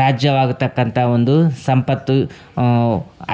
ರಾಜ್ಯವಾಗ್ತಕ್ಕಂಥ ಒಂದು ಸಂಪತ್ತು